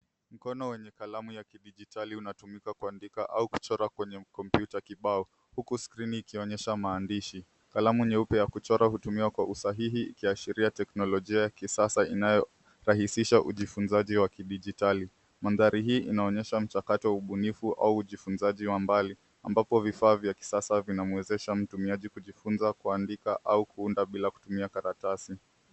Mkono wenye kalamu wa kidijitali unatumika kuandika au kuchora kwenye kompyuta kibao huku skrini ikionyesha maandishi. Kalamu nyeupe ya kusoma hutumiwa kwa usahihi ikiashiria teknolojia ya kisasa inayorahisisha ujifunzaji wa kidijitali. Mandhari hii inaonyesha mchakato wa ubunifu au ujifunzaji wa mbali ambapo vifaa vya kisasa vinamwezesha mtumiaji kujifunza kuandika au kuunda bila kutumia karatasi.